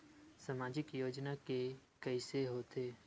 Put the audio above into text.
सामाजिक योजना के कइसे होथे?